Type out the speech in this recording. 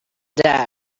down